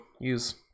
use